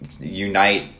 unite